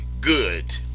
good